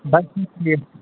بَس حظ ٹھیٖک